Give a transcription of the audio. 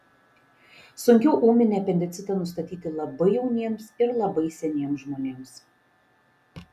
sunkiau ūminį apendicitą nustatyti labai jauniems ir labai seniems žmonėms